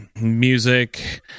Music